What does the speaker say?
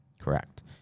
Correct